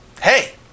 Hey